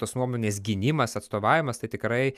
tos nuomonės gynimas atstovavimas tai tikrai